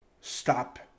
stop